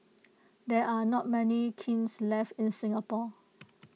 there are not many kilns left in Singapore